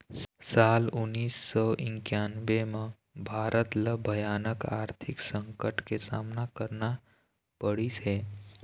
साल उन्नीस सौ इन्कानबें म भारत ल भयानक आरथिक संकट के सामना करना पड़िस हे